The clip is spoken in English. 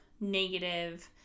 negative